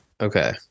okay